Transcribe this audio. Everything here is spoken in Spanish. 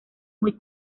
muy